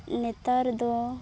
ᱱᱮᱛᱟᱨ ᱫᱚ